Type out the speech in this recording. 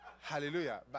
Hallelujah